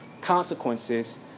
consequences